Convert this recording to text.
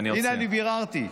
הינה, אני ביררתי.